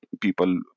people